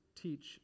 teach